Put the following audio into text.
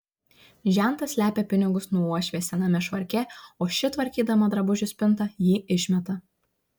žentas slepia pinigus nuo uošvės sename švarke o ši tvarkydama drabužių spintą jį išmeta